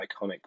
iconic